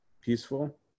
peaceful